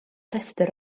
restr